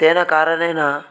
तेन कारणेन